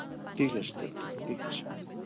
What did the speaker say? ٹھیٖک حظ چھُ تیٚلہِ ٹھیٖک حظ چھُ